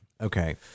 Okay